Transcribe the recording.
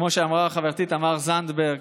כמו שאמרה חברתי תמר זנדברג,